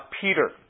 Peter